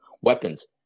weapons